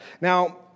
now